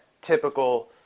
typical